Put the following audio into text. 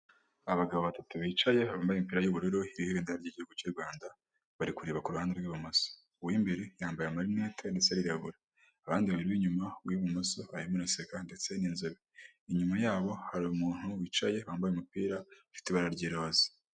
Abagabo batatu bicaye bambaye imipira y'ubururu iriho ibendera ry'urwanda, barikureba kuruhande rw'ibumoso. Uwimbere yambaye amarinete ndetse arirabura abandi babiri b'inyuma, uw'ibumoso arimo araseka ndetse n'inzobe inyuba yabo hari umuntu wicaye wambaye umupira ufite ibara ry'iroze.